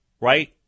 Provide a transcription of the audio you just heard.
right